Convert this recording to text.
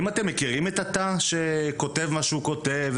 השאלה האם אתם מכירים את התא שכותב מה שהוא כותב,